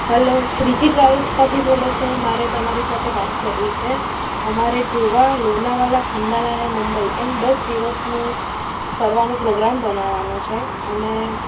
hello Shriji ટ્રાવેલ્સમાંથી બોલે છે મારે તમારી સાથે વાત કરવી છે અમારે ગોવા લોનાવાલા ખંડાલાને મુંબઈ એમ દસ દિવસનું ફરવાનો પ્રોગ્રામ બનાવવાનો છે અને